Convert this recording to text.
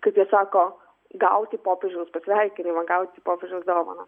kaip jie sako gauti popiežiaus pasveikinimą gauti popiežiaus dovaną